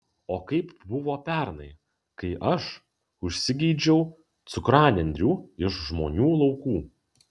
o kaip buvo pernai kai aš užsigeidžiau cukranendrių iš žmonių laukų